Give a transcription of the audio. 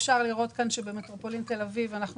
אפשר לראות שבמטרופולין תל אביב אנחנו